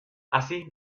así